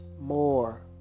more